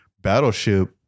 battleship